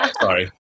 sorry